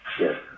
Yes